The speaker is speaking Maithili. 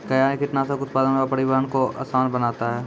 कया कीटनासक उत्पादन व परिवहन को आसान बनता हैं?